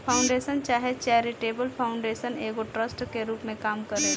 foundation चाहे charitable foundation एगो trust के रूप में काम करेला